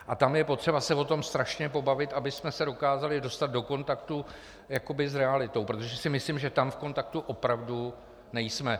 A tam je potřeba se o tom strašně pobavit, abychom se dokázali dostat do kontaktu jakoby s realitou, protože si myslím, že tam v kontaktu opravdu nejsme.